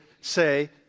say